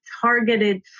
targeted